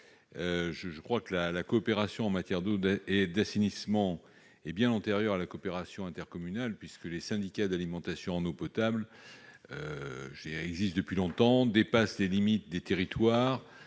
le précédent. La coopération en matière d'eau et d'assainissement est bien antérieure à la coopération intercommunale, puisque les syndicats d'alimentation en eau potable existent depuis longtemps. Leur périmètre dépasse les limites des territoires,